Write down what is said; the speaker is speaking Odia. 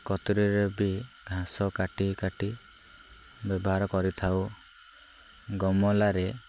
କତୁୁରୀରେ ବି ଘାସ କାଟି କାଟି ବ୍ୟବହାର କରିଥାଉ ଗମଲାରେ